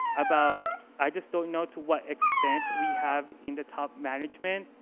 about, i just don't know to what extent we have in the top management.